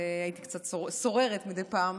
והייתי קצת סוררת מדי פעם